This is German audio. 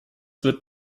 wird